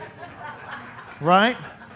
Right